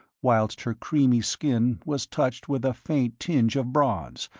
whilst her creamy skin was touched with a faint tinge of bronze,